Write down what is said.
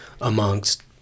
amongst